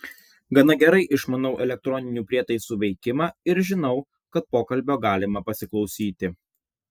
gana gerai išmanau elektroninių prietaisų veikimą ir žinau kad pokalbio galima pasiklausyti